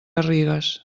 garrigues